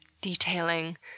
detailing